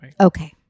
Okay